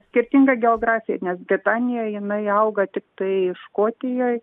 skirtinga geografija nes britanijoj jinai auga tiktai škotijoj